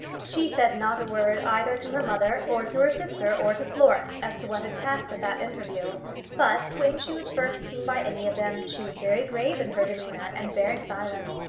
she said not a word either to her mother, or to her sister, or to florence as to what had passed at that interview but, when she was first seen by any of them, she was very grave in her demeanour, and very silent.